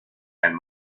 and